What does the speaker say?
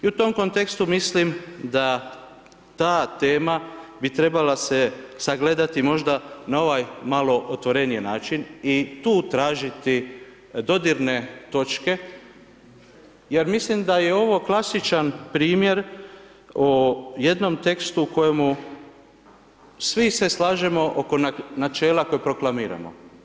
I u tom kontekstu mislim, da ta tema bi se trebala sagledati na ovaj malo otvoreniji način i tu tražiti dodirne točke, jer mislim da je ovo klasičan primjer, o jednom tekstu u kojemu svi se slažemo oko načela koja proklamiramo.